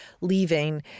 leaving